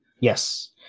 Yes